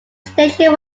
station